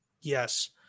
Yes